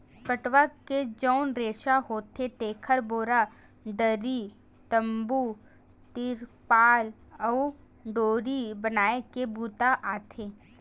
पटवा के जउन रेसा होथे तेखर बोरा, दरी, तम्बू, तिरपार अउ डोरी बनाए के बूता आथे